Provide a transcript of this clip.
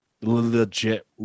legit